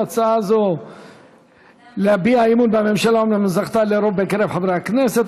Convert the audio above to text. הצעה זו להביע אי-אמון בממשלה אומנם זכתה לרוב בקרב חברי הכנסת